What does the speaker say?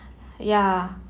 ya